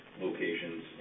locations